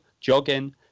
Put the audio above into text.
jogging